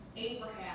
Abraham